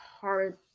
hard